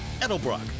Edelbrock